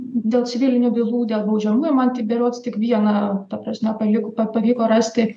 dėl civilinių bylų dėl baudžiamųjų man tik berods tik vieną ta prasme palikti pavyko rasti